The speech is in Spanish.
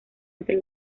entre